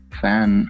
fan